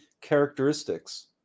characteristics